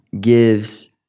gives